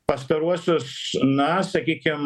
pastaruosius na sakykim